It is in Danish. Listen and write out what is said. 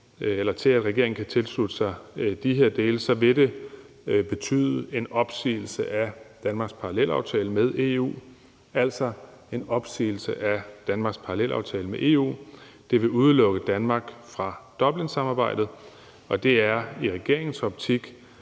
til, at regeringen kan tilslutte sig de her dele, vil det betyde en opsigelse af Danmarks parallelaftale med EU. Det vil udelukke Danmark fra Dublinsamarbejdet, og det er i regeringens optik